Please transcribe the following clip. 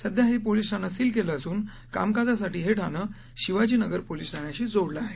सध्या हे पोलीस ठाणं सील केलं असून कामकाजासाठी हे ठाणं शिवाजी नगर पोलिस ठाण्याशी जोडलं आहे